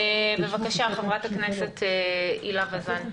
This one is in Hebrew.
בבקשה חברת הכנסת הילה וזאן.